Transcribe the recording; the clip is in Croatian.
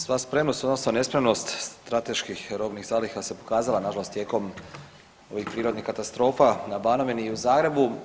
Sva spremnost odnosno nespremnost strateških robnih zaliha se pokazala nažalost tijekom ovih prirodnih katastrofa na Banovini i u Zagrebu.